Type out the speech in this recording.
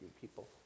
people